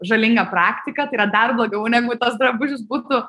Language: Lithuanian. žalinga praktika tai yra dar blogiau negu tas drabužis būtų